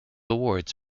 awards